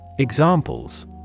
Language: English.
Examples